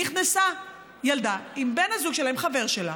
נכנסה ילדה עם בן הזוג שלה, עם חבר שלה,